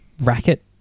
racket